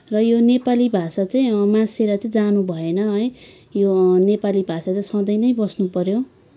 र यो नेपाली भाषा चाहिँ मास्सिएर चाहिँ जानु भएन है यो नेपाली भाषा चाहिँ सधैँ नै बस्नु पऱ्यो